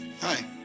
Hi